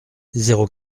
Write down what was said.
zéro